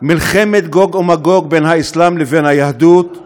מלחמת גוג ומגוג בין האסלאם לבין היהדות,